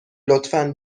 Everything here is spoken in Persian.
لطفا